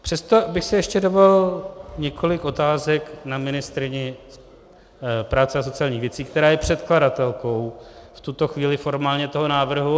Přesto bych si ještě dovolil několik otázek na ministryni práce a sociálních věcí, která je předkladatelkou v tuto chvíli formálně toho návrhu.